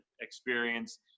experience